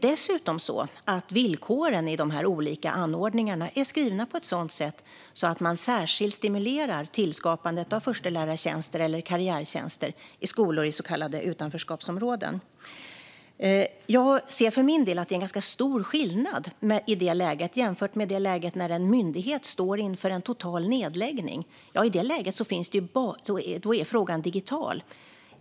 Dessutom är villkoren i de olika anordningarna skrivna på ett sådant sätt att man särskilt stimulerar tillskapandet av förstelärartjänster eller karriärtjänster i skolor i så kallade utanförskapsområden. För min del ser jag en ganska stor skillnad i det läget jämfört med när en myndighet står inför total nedläggning. I det läget är frågan digital.